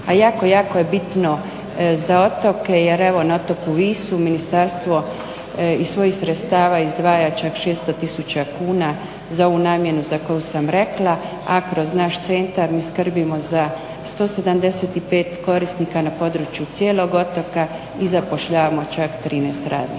a jako jako je bitno za otoke jer evo na otoku Visu ministarstvo iz svojih sredstava izdvaja čak 600 000 kuna za ovu namjenu za koju sam rekla, a kroz naš centar mi skrbimo za 175 korisnika na području cijelog otoka i zapošljavamo čak 13 radnika.